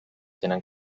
tenen